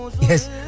Yes